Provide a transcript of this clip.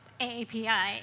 AAPI